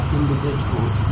individuals